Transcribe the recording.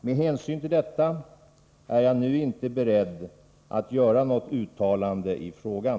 Med hänsyn till detta är jag nu inte beredd att göra något uttalande i frågan.